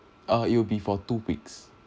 uh it will be for two weeks